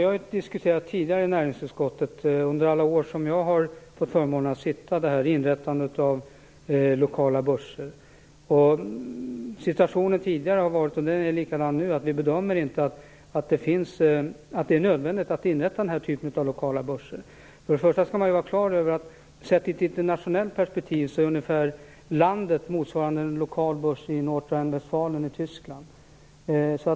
Herr talman! Under alla år som jag har haft förmånen att sitta i näringsutskottet har vi diskuterat inrättandet av lokala börser. Vi bedömer inte att det är nödvändigt att inrätta den här typen av lokala börser. Sett i ett internationellt perspektiv motsvarar landet ungefär en lokal börs i Nordrhein Westfalen i Tyskland.